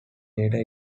latter